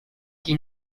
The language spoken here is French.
qui